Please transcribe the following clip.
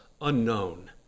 unknown